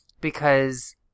because-